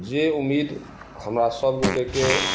जे उम्मीद हमरा सबगोटेके